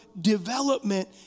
development